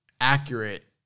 Accurate